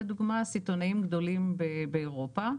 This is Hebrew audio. לדוגמה הסיטונאים הגדולים באירופה,